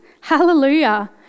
Hallelujah